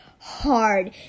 hard